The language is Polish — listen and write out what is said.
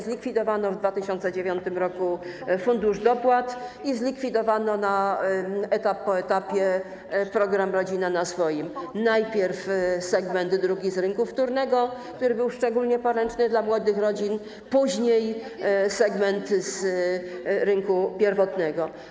Zlikwidowano w 2009 r. Fundusz Dopłat i zlikwidowano etap po etapie program „Rodzina na swoim”, najpierw segment drugi z rynku wtórnego, który był szczególnie poręczny dla młodych rodzin, później segment z rynku pierwotnego.